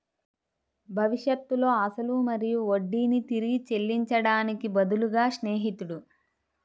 భవిష్యత్తులో అసలు మరియు వడ్డీని తిరిగి చెల్లించడానికి బదులుగా స్నేహితుడు